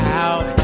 out